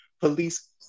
police